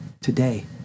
today